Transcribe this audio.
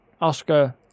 Oscar